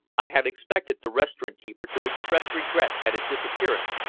i had expected the restaurant-keeper to express regret at his disappearance,